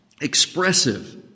expressive